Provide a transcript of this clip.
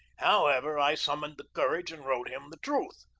how ever, i summoned the courage and wrote him the truth.